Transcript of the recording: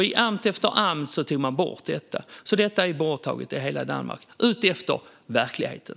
I amt efter amt tog man sedan bort det, och det är nu borttaget i hela Danmark, baserat på hur det fungerar i verkligheten.